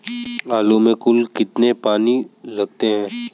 आलू में कुल कितने पानी लगते हैं?